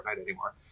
anymore